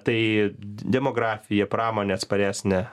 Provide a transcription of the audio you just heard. tai demografija pramonė atsparesnė